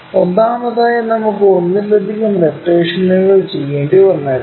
ഒന്നാമതായി നമുക്ക് ഒന്നിലധികം റൊട്ടേഷനുകൾ ചെയ്യേണ്ടി വന്നേക്കാം